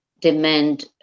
demand